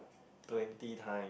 twenty time